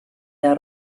der